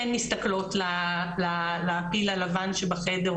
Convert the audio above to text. כן מסתכלות על הפיל הלבן שבחדר,